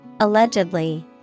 Allegedly